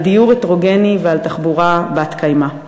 על דיור הטרוגני ועל תחבורה בת-קיימא.